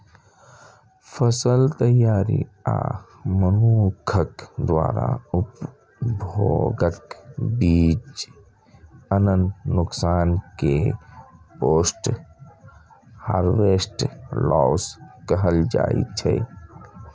फसल तैयारी आ मनुक्ख द्वारा उपभोगक बीच अन्न नुकसान कें पोस्ट हार्वेस्ट लॉस कहल जाइ छै